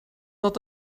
dat